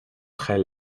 très